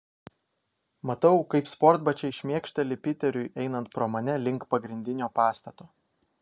matau kaip sportbačiai šmėkšteli piteriui einant pro mane link pagrindinio pastato